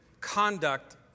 conduct